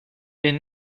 est